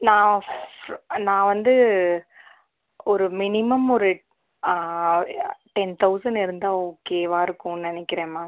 நான் நான் வந்து ஒரு மினிமம் ஒரு டென் தௌசண்ட் இருந்தால் ஓகேவாக இருக்குன்னு நினைக்கிறேன் மேம்